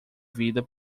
vida